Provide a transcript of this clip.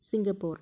Singapore